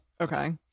Okay